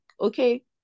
okay